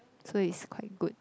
so it's quite good